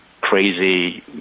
crazy